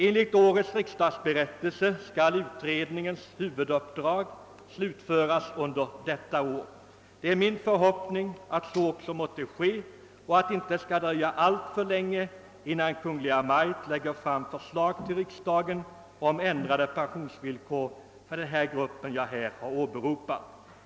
Enligt årets riksdagsberättelse skall utredningens huvuduppdrag slutföras under detta år. Det är min förhoppning att så måtte ske och att det inte skall dröja alltför länge, innan Kungl. Maj:t framlägger förslag för riksdagen om ändrade pensionsvillkor för den grupp som jag här har nämnt.